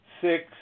six